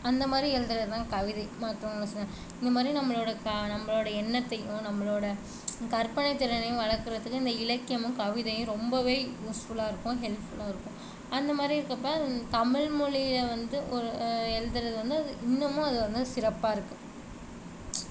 அந்த மாதிரி எழுதறதுதான் கவிதை மற்றவங்க ச இந்த மாதிரி நம்பளோட க நம்பளோட எண்ணத்தையும் நம்மளோட கற்பனை திறனையும் வளர்கறதுக்கு இந்த இலக்கியமும் கவிதையும் ரொம்பவே யூஸ்ஃபுல்லாக இருக்கும் ஹெல்ப்ஃபுல்லாக இருக்கும் அந்த மாதிரி இருக்கப்போ தமிழ்மொழியில் வந்து ஒரு எழுதுறது வந்து அது இன்னமும் அது வந்து சிறப்பாக இருக்கு